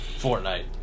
Fortnite